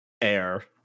air